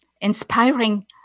inspiring